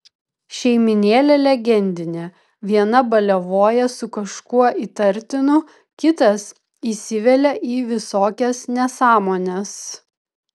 šeimynėlė legendinė viena baliavoja su kažkuo įtartinu kitas įsivelia į visokias nesąmones